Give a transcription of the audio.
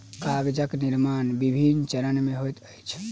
कागजक निर्माण विभिन्न चरण मे होइत अछि